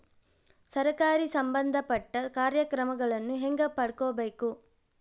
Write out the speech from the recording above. ಸರಕಾರಿ ಸಂಬಂಧಪಟ್ಟ ಕಾರ್ಯಕ್ರಮಗಳನ್ನು ಹೆಂಗ ಪಡ್ಕೊಬೇಕು?